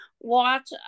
watch